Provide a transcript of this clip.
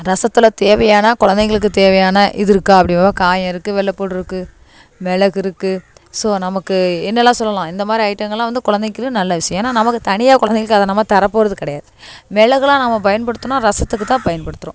ரசத்தில் தேவையான கொழந்தைங்களுக்கு தேவையான இது இருக்கா அப்படிங்கறப்ப காயம் இருக்குது வெள்ளை பூண்டு இருக்குது மிளகு இருக்குது ஸோ நமக்கு என்னென்லாம் சொல்லலாம் இந்தமாதிரி ஐட்டங்களாம் வந்து கொழந்தைக்கு நல்ல விஷயம் ஏனால் நமக்கு தனியாக கொழந்தைங்களுக்கு அதை நம்ம தரப்போறது கிடையாது மிளகுலாம் நம்ம பயன்ப்படுத்துனால் ரசத்துக்கு தான் பயன்படுத்துகிறோம்